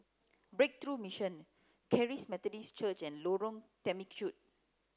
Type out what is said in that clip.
breakthrough Mission Charis Methodist Church and Lorong Temechut